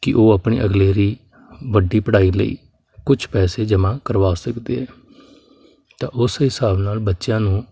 ਕਿ ਉਹ ਆਪਣੀ ਅਗਲੇਰੀ ਵੱਡੀ ਪੜ੍ਹਾਈ ਲਈ ਕੁਛ ਪੈਸੇ ਜਮ੍ਹਾਂ ਕਰਵਾ ਸਕਦੇ ਆ ਤਾਂ ਉਸ ਹਿਸਾਬ ਨਾਲ ਬੱਚਿਆਂ ਨੂੰ